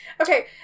Okay